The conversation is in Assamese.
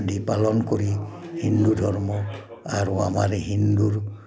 আদি পালন কৰি হিন্দু ধৰ্ম আৰু আমাৰ এই হিন্দুৰ